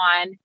on